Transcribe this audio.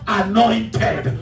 anointed